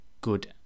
good